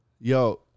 yo